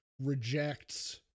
rejects